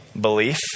belief